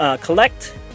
Collect